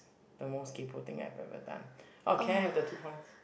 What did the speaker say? the most kaypoh thing I've ever done orh can I have the two points